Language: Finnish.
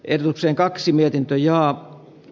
edukseen kaksi mietintöä ja